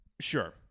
Sure